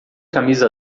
camisa